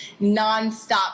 nonstop